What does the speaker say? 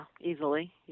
easily